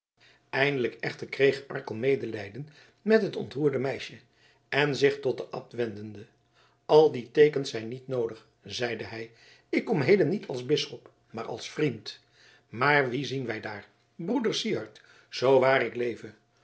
eindelijk echter kreeg arkel medelijden met het ontroerde meisje en zich tot den abt wendende al die teekens zijn niet noodig zeide hij ik kom heden niet als bisschop maar als vriend maar wie zien wij daar broeder syard zoo waar ik leve